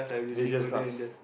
laziest class